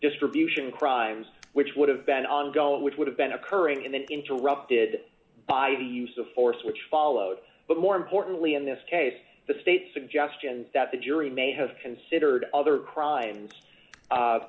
distribution crimes which would have been ongoing which would have been occurring and then interrupted by the use of force which followed but more importantly in this case the state's suggestion that the jury may have considered other crimes